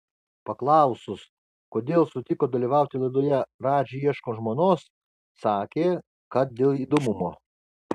paklausus kodėl sutiko dalyvauti laidoje radži ieško žmonos sakė kad dėl įdomumo